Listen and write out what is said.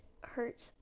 hurts